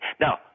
now